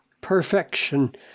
perfection